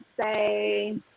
say